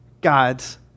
God's